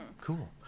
Cool